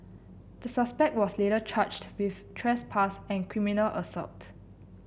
the suspect was later charged with trespass and criminal assault